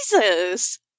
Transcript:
Jesus